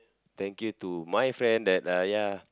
thank you to my friend that ah ya